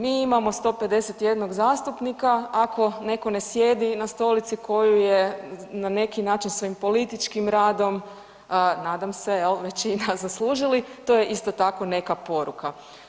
Mi imamo 151 zastupnika, ako netko ne sjedi na stolici koju je na neki način svojim političkim radom, nadam se jel većina zaslužili, to je isto tako neka poruka.